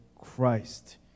Christ